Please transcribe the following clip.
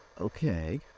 Okay